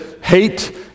hate